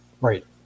right